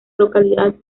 localidad